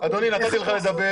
אדוני, נתתי לך לדבר.